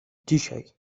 dzisiaj